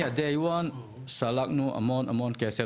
מהיום הראשון שרפנו המון כסף,